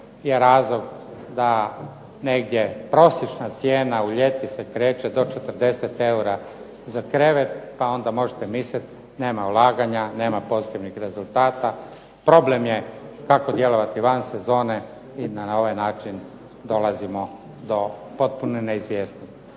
je razlog da negdje prosječna cijena u ljeti se kreće do 40 eura za krevet, pa onda možete misliti, nema ulaganja, nema pozitivnih rezultata, problem je kako djelovati van sezone i na ovaj način dolazimo do potpune neizvjesnosti.